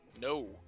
No